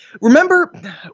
Remember